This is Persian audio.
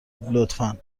لطفا